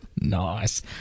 Nice